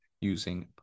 using